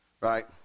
Right